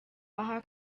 aha